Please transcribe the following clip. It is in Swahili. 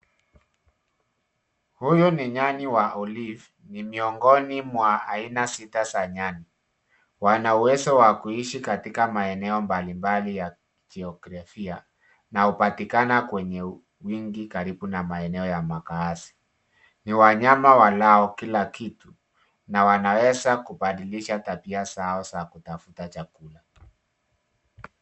Huyu ni nyani wa Olive. Ni miongoni mwa aina sita za nyani. Wana uwezo wa kuishi katika maeneo mbalimbali ya kijografia na hupatikana kwa wingi karibu na maeneo ya makaazi. Ni wanyama walao kila kitu na wanaweza kubadilisha tabia zao za kutafuta chakula.